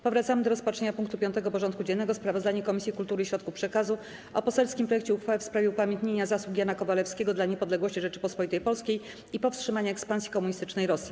Powracamy do rozpatrzenia punktu 5. porządku dziennego: Sprawozdanie Komisji Kultury i Środków Przekazu o poselskim projekcie uchwały w sprawie upamiętnienia zasług Jana Kowalewskiego dla niepodległości Rzeczypospolitej Polskiej i powstrzymania ekspansji komunistycznej Rosji.